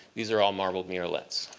these are all marbled murrelet.